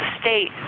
state